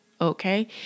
okay